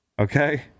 Okay